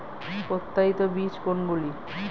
প্রত্যায়িত বীজ কোনগুলি?